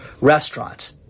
restaurants